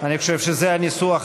אני חושב שזה הניסוח הנכון,